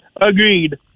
Agreed